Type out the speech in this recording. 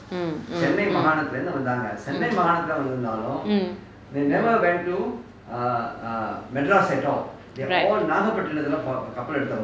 mm mm mm mm mm right